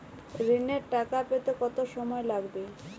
ঋণের টাকা পেতে কত সময় লাগবে?